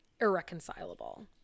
irreconcilable